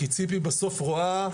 כי ציפי בסוף רואה,